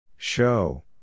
Show